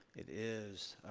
it is,